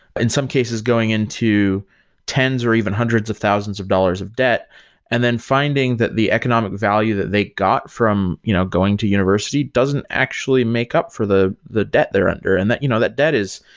in some cases, going into tens or even hundreds of thousands of dollars of debt and then finding that the economic value that they got from you know going to university doesn't actually make up for the the debt they're under, and that you know that debt is,